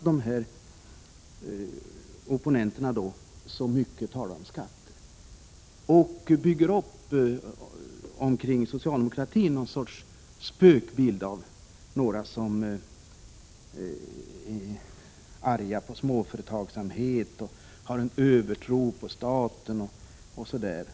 Dessa opponenter talar om skatter och bygger upp någon sorts spökbild omkring socialdemokraterna som om de vore arga på småföretagsamhet, hade en övertro på staten osv.